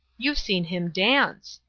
you've seen him dance!